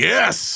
Yes